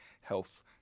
health